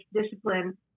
discipline